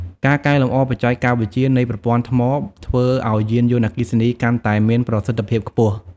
ការកែលម្អបច្ចេកវិទ្យានៃប្រព័ន្ធថ្មធ្វើឲ្យយានយន្តអគ្គីសនីកាន់តែ មានប្រសិទ្ធភាពខ្ពស់។